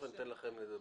תיכף אתן לכם לדבר.